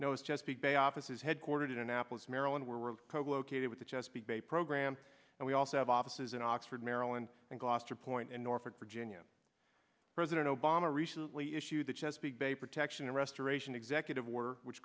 knows chesapeake bay offices headquartered in annapolis maryland were koch located with the chesapeake bay program and we also have offices in oxford maryland and gloucester point in norfolk virginia president obama recently issued the chesapeake bay protection and restoration executive order which